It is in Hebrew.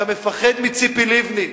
אתה מפחד מציפי לבני,